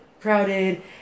Crowded